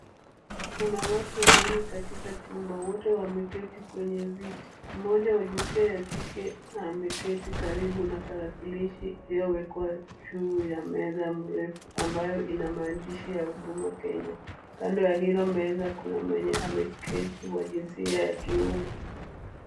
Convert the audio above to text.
Kuna watu wawili katika chumba, wote wameketi kwenye viti. Mmoja wa jinsia ya kike, ameketi karibu na tarakilishi iliyowekwa juu ya meza mrefu ambayo ina maandishi ya Huduma Kenya. Kando ya hilo meza kuna mwenye ameketi wa jinsia ya kiume.